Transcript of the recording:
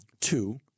Two